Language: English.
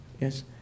yes